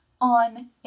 on